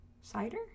Cider